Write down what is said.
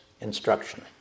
instruction